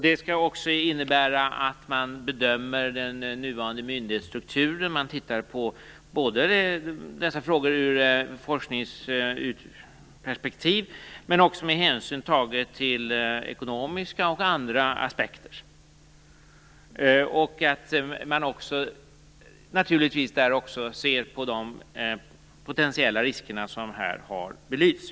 Det skall också innebära att man bedömer den nuvarande myndighetsstrukturen och tittar på dessa frågor både ur ett forskningsperspektiv och med hänsyn tagen till ekonomiska och andra aspekter. Man skall naturligtvis också se på de potentiella risker som här har belysts.